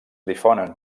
difonen